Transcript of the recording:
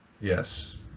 Yes